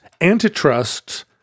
antitrust